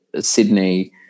Sydney